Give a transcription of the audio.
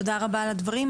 תודה רבה על הדברים.